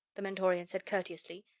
the mentorian said courteously,